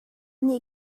nih